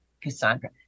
Cassandra